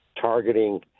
targeting